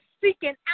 Seeking